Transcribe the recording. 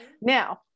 Now